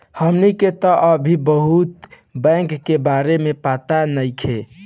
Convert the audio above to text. हमनी के तऽ अभी बहुत बैंक के बारे में पाता नइखे